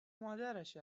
مادرش